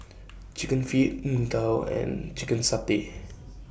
Chicken Feet Png Tao and Chicken Satay